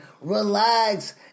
Relax